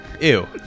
Ew